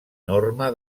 norma